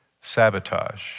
Sabotage